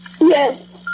Yes